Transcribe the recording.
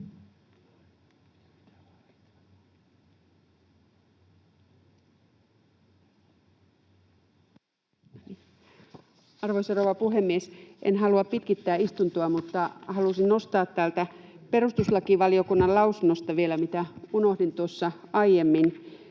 Arvoisa rouva puhemies! En halua pitkittää istuntoa, mutta halusin nostaa täältä perustuslakivaliokunnan lausunnosta vielä, mitä unohdin tuossa aiemmin.